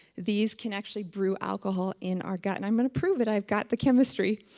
these can actually brew alcohol in our gut and i'm going to prove it, i've got the chemistry.